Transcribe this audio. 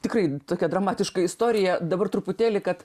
tikrai tokia dramatiška istorija dabar truputėlį kad